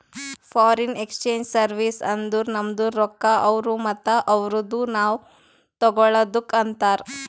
foreign exchange service ಅಂದುರ್ ನಮ್ದು ರೊಕ್ಕಾ ಅವ್ರು ಮತ್ತ ಅವ್ರದು ನಾವ್ ತಗೊಳದುಕ್ ಅಂತಾರ್